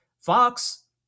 Fox